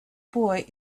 boy